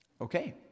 Okay